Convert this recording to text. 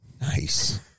Nice